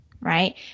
Right